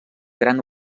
gran